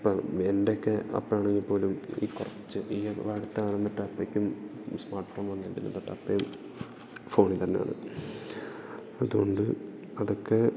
ഇപ്പം എൻ്റെ ഒക്കെ അപ്പയാണെങ്കിൽ പോലും ഈ കുറച്ച് ഈ അടുത്തകാലംതൊട്ട് അപ്പയ്ക്കും സ്മാർട്ട് ഫോൺ വന്നേ പിന്നെതൊട്ട് അപ്പയും ഫോണിൽ തന്നെയാണ് അതുകൊണ്ട് അതൊക്കെ